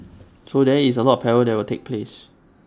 so there is A lot of parallel work that will take place